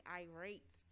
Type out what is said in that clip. irate